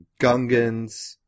Gungans